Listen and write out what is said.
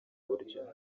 buryo